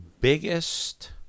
biggest